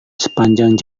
sepanjang